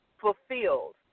fulfilled